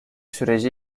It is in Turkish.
süreci